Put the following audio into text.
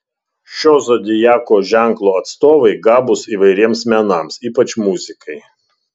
šio zodiako ženklo atstovai gabūs įvairiems menams ypač muzikai